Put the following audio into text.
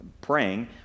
praying